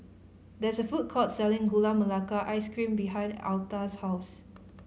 there is a food court selling Gula Melaka Ice Cream behind Altha's house